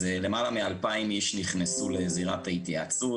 אז למעלה מ-2,000 איש נכנסו לזירת ההתייעצות,